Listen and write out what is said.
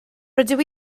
rydw